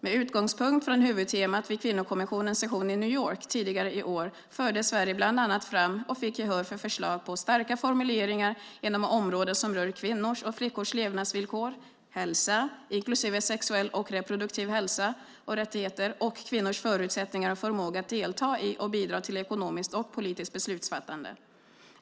Med utgångspunkt i huvudtemat vid kvinnokommissionens session i New York tidigare i år förde Sverige bland annat fram och fick gehör för förslag på starka formuleringar inom områden som rör kvinnors och flickors levnadsvillkor och hälsa, inklusive sexuell och reproduktiv hälsa och rättigheter samt kvinnors förutsättningar och förmåga att delta i och bidra till ekonomiskt och politiskt beslutsfattande.